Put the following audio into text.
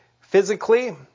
physically